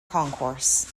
concourse